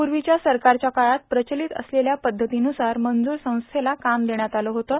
पूर्वीच्या सरकारच्या काळात प्रचलित असलेल्या पद्धतीनुसार मजूर संस्थेला काम देण्यात आलं होतं